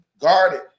guarded